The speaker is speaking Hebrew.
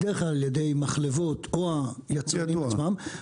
בדרך כלל על ידי מחלבות, או היצרנים עצמם ידוע.